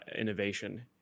innovation